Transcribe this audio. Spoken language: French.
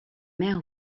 mer